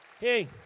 Hey